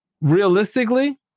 realistically